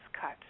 cut